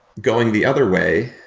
going the other way,